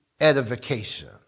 edification